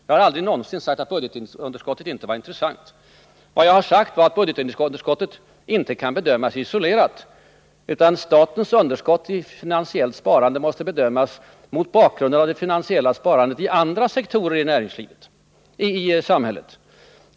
Jag har aldrig någonsin sagt att budgetunderskottet inte är intressant. Vad jag har sagt är att budgetunderskottet inte kan bedömas isolerat, utan statens brist på finansiellt sparande måste bedömas mot bakgrund av det finansiella sparandet i andra sektorer i samhället.